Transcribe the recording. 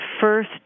first